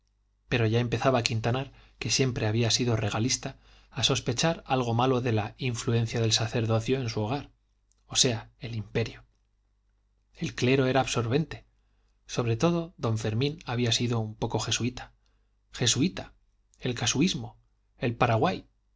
pero ya empezaba quintanar que siempre había sido regalista a sospechar algo malo de la influencia del sacerdocio en su hogar o sea el imperio el clero era absorbente sobre todo don fermín había sido un poco jesuita jesuita el casuismo el paraguay